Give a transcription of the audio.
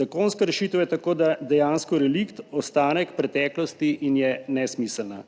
Zakonska rešitev je tako dejansko relikt, ostanek preteklosti in je nesmiselna.